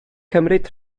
cymryd